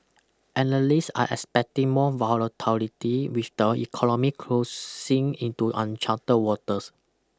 analysts are expecting more volatility with the economy crossing into uncharted waters